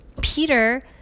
Peter